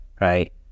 right